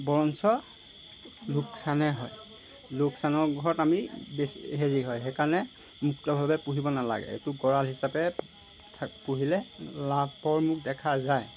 বৰঞ্চ লোকচানহে হয় লোকচানৰ ঘৰত আমি বেছি হেৰি হয় সেইকাৰণে মুক্তভাৱে পুহিব নালাগে একো গঁৰাল হিচাপে থা পুহিলে লাভৰ মুখ দেখা যায়